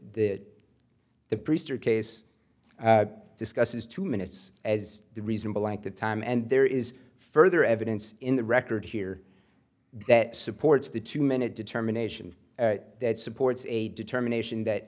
that the priester case discusses two minutes as reasonable at the time and there is further evidence in the record here that supports the two minute determination that supports a determination that